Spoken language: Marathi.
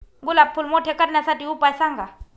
गुलाब फूल मोठे करण्यासाठी उपाय सांगा?